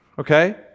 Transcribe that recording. Okay